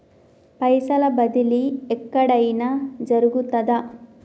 పైసల బదిలీ ఎక్కడయిన జరుగుతదా?